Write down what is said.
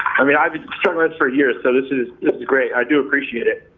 i mean, i've been struggling for years, so this is great, i do appreciate it.